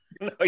No